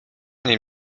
nim